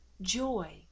joy